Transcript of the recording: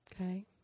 Okay